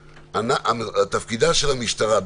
תפקידה של המשטרה,